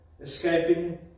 escaping